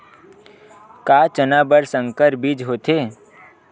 का चना बर संकर बीज होथे?